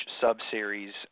sub-series